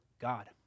God